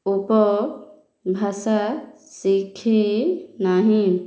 ଉପ ଭାଷା ଶିଖି ନାହିଁ